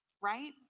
Right